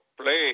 play